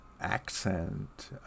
accent